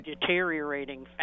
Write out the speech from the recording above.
deteriorating